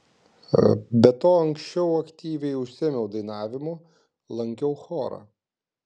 be to anksčiau aktyviai užsiėmiau dainavimu lankiau chorą